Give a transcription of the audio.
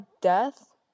death